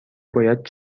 باید